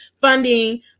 funding